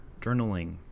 journaling